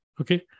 okay